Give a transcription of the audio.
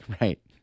right